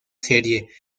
serie